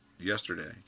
yesterday